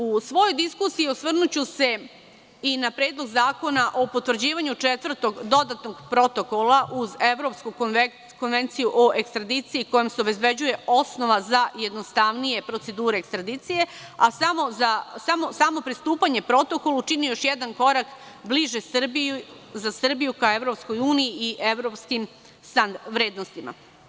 U svojoj diskusiji osvrnuću se i na Predlog zakona o potvrđivanju četvrtog dodatnog protokola uz Evropsku konvenciju o ekstradiciji kojom se obezbeđuje osnova za jednostavnije procedure ekstradicije, a samo pristupanje protokolu čini još jedan korak bliže za Srbiju ka EU i evropskim vrednostima.